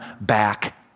back